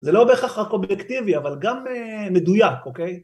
זה לא בהכרח רק אובייקטיבי, אבל גם מדויק, אוקיי?